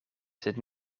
sed